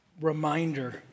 reminder